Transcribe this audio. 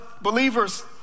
believers